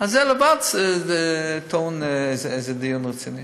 זה לבד טעון איזה דיון רציני.